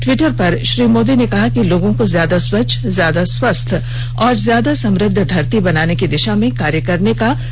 Twitter पर श्री मोदी ने कहा कि लोगों को ज्यादा स्वच्छ ज्यादा स्वस्थ और ज्यादा समृद्ध धरती बनाने की दिशा में कार्य करने का प्रण लेना चाहिए